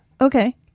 Okay